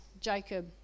Jacob